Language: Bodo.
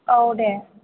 औ दे